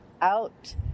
out